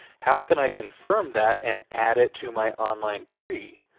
how can i confirm that and add it to my online tree?